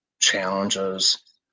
challenges